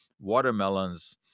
watermelons